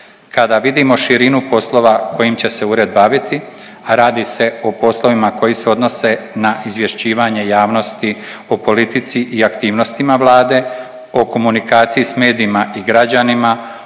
Kada vidimo širinu poslova kojim će se ured baviti, a radi se o poslovima koji se odnose na izvješćivanje javnosti o politici i aktivnostima Vlada, o komunikaciji s medijima i građanima,